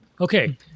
Okay